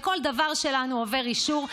וכל דבר שלנו עובר אישור.